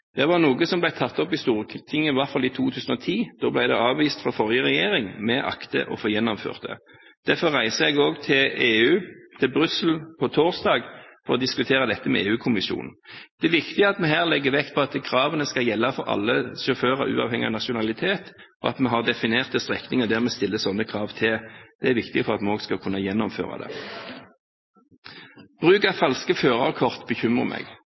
Det var noe som ble tatt opp i Stortinget i hvert fall i 2010. Da ble det avvist fra forrige regjering. Vi akter å få gjennomført det. Derfor reiser jeg også til Brussel på torsdag for å diskutere dette med EU-kommisjonen. Det er viktig at vi her legger vekt på at kravene skal gjelde for alle sjåfører uavhengig av nasjonalitet, og at vi har definerte strekninger der vi stiller sånne krav. Det er viktig for at vi også skal kunne gjennomføre det. Bruk av falske førerkort bekymrer meg.